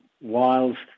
whilst